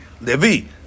Levi